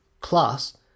class